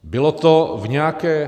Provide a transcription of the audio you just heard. Bylo to v nějaké...